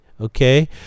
okay